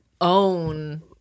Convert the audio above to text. own